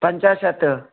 पञ्चाशत्